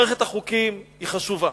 מערכת החוקים היא חשובה.